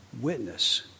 witness